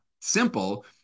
simple